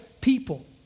people